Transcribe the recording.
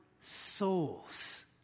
souls